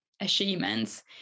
achievements